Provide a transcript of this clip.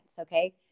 okay